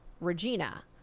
Regina